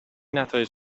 نتایج